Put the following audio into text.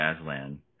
Aslan